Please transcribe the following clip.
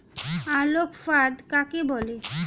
আলোক ফাঁদ কাকে বলে?